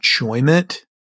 enjoyment